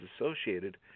associated